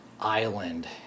island